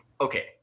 Okay